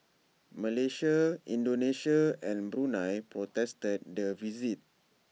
Malaysia Indonesia and Brunei protested the visit